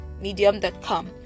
Medium.com